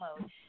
mode